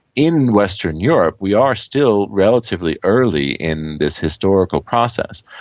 in western europe we are still relatively early in this historical process.